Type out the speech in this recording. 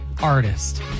artist